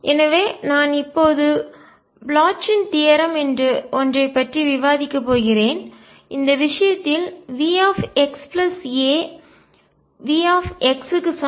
எனவே நான் இப்போது ப்ளோச்சின் தியரம் தேற்றம் என்று ஒன்றைப் பற்றி விவாதிக்கப் போகிறேன் இந்த விஷயத்தில் V x a V க்கு சமம்